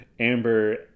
Amber